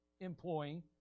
employing